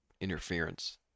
interference